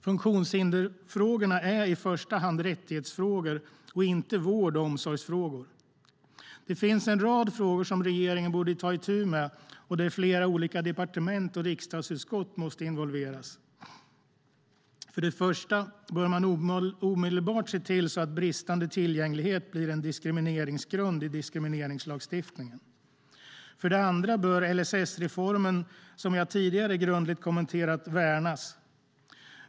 Funktionshindersfrågorna är i första hand rättighetsfrågor och inte vård och omsorgsfrågor. Det finns en rad frågor som regeringen borde ta itu med och där flera olika departement och riksdagsutskott måste involveras. För det första bör man omedelbart se till att bristande tillgänglighet blir en diskrimineringsgrund i diskrimineringslagstiftningen. För det andra bör LSS-reformen, som jag tidigare grundligt kommenterat, värnas.